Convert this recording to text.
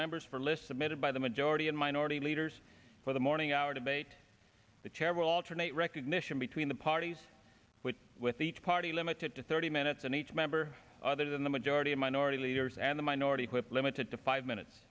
members for lists of method by the majority and minority leaders for the morning hour debate the chair will alternate recognition between the parties which with each party limited to thirty minutes in each member other than the majority and minority leaders and the minority whip limited to five minutes